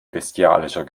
bestialischer